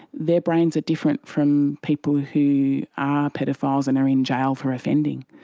their brains are different from people who are paedophiles and are in jail for offending.